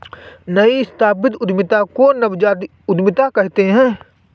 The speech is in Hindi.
नई स्थापित उद्यमिता को नवजात उद्दमिता कहते हैं